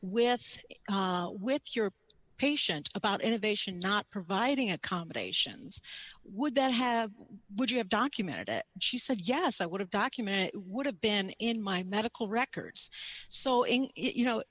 with with your patient about innovation not providing accommodations would that have would you have documented it she said yes i would have documented would have been in my medical records so in you know